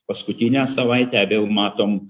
paskutinę savaitę vėl matom